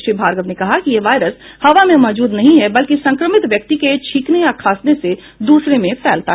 श्री भार्गव ने कहा कि यह वायरस हवा में मौजूद नहीं है बल्कि संक्रमित व्यक्ति के छींकने या खांसने से दूसरों में फैलता है